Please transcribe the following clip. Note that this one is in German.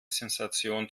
sensation